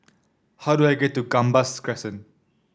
how do I get to Gambas Crescent